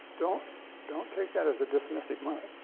don't don't take that as a dismissive mark.